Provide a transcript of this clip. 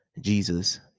Jesus